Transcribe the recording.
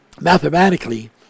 mathematically